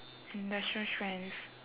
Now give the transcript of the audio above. industrial strength